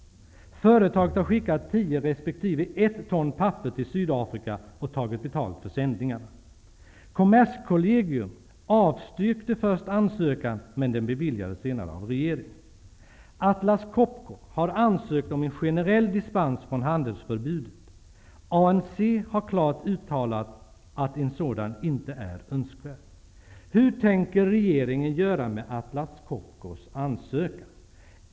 Företaget har skickat 10 resp. 1 ton papper till Sydafrika och tagit betalt för sändningarna. Kommerskollegium avstyrkte först ansökan, men den beviljades senare av regeringen. Atlas Copco har ansökt om en generell dispens från handelsförbudet. ANC har klart uttalat att en sådan inte är önskvärd. Hur tänker regeringen göra med Atlas Copcos ansökan?